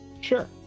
sure